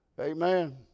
Amen